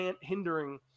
hindering